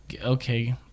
Okay